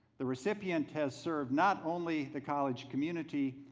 the recipient has served not only the college community,